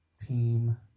team